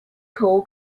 call